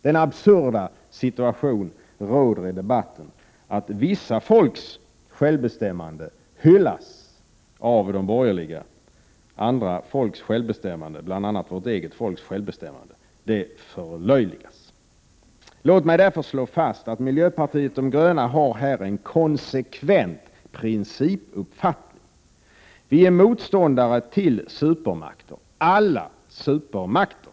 Den absurda situationen råder i debatten att vissa folks självbestämmande hyllas av de borgerliga, medan andra folks självbestämmande, bl.a. vårt egets folks självbestämmande, förlöjligas. Låt mig därför slå fast att miljöpartiet de gröna här har en konsekvent principiell uppfattning. Vi är motståndare till supermakter — alla supermakter.